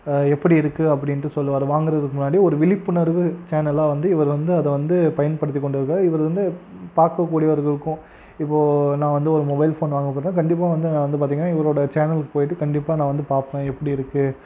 எப்படிருக்கு அப்படின்ட்டு சொல்லுவார் வாங்குறதுக்கு முன்னாடி ஒரு விழிப்புணர்வு சேனல்லா வந்து இவரு வந்து அதை வந்து பயன்படுத்திகொண்டு இவரு வந்து பார்க்க கூடியவர்களுக்கும் இப்போது நான் வந்து ஒரு மொபைல் ஃபோன் வாங்க போகிறப்ப கண்டிப்பாக வந்து பார்த்திங்கனா இவரோட சேனலுக்கு போய்ட்டு கண்டிப்பாக நான் வந்து பார்ப்பேன் எப்படிருக்கு